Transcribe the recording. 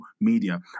media